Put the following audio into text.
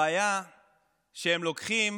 הבעיה שהם לוקחים